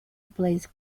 place